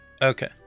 Okay